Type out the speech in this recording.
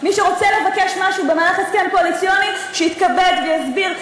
מי שרוצה לבקש משהו בהסכם קואליציוני שיתכבד ויסביר,